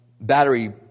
battery